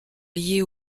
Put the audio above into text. liées